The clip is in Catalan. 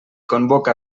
convoca